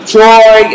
joy